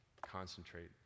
concentrate